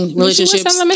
relationships